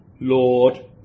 Lord